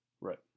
Right